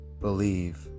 believe